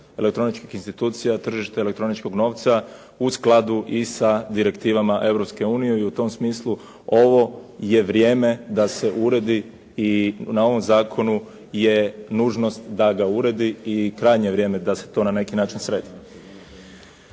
elektroničkih institucija, tržište elektroničkog novca u skladu i sa direktivama Europske unije i u tom smislu ovo je vrijeme da se uredi i na ovom zakonu je nužnost da ga uredi i krajnje je vrijeme da se to na neki način sredi.